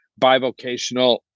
bivocational